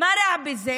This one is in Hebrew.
מה רע בזה?